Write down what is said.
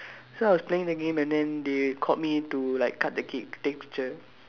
so I was playing the game and then they called me to like cut the cake take picture